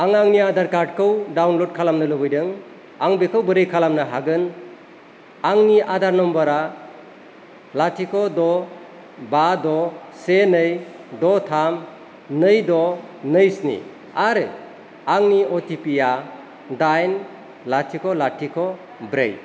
आं आंनि आधार कार्डखौ डाउनल'ड खालामनो लुबैदों आं बेखौ बोरै खालामनो हागोन आंनि आधार नम्बरा लाथिख' द' बा द' से नै द' थाम नै द' नै स्नि आरो आंनि अटिपिआ दाइन लाथिख' लाथिख' ब्रै